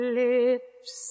lips